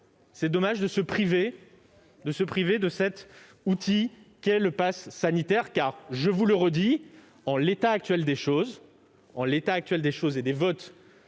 est dommage de se priver de l'outil qu'est le passe sanitaire. Je vous le redis : en l'état actuel des choses, au vu des votes